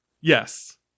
Yes